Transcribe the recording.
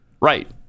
right